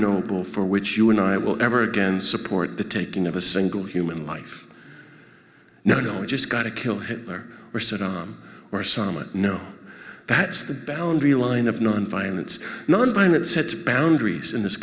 noble for which you and i will ever again support the taking of a single human life no no i just gotta kill hitler or saddam or some or no that's the boundary line of nonviolence nonviolent sets boundaries in this